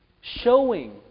showing